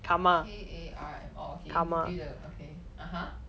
K A R M orh ok (uh huh)